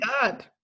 God